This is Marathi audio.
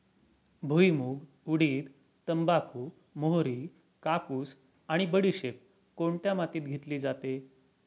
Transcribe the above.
भुईमूग, उडीद, तंबाखू, मोहरी, कापूस आणि बडीशेप कोणत्या मातीत घेतली जाते?